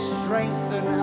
strengthen